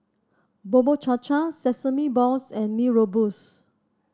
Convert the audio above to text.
Bubur Cha Cha Sesame Balls and Mee Rebus